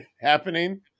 happening